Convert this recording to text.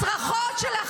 הצרחות שלך